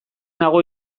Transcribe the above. nago